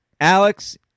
Alex